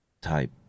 type